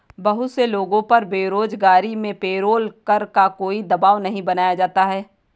बहुत से लोगों पर बेरोजगारी में पेरोल कर का कोई दवाब नहीं बनाया जाता है